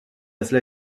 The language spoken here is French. cela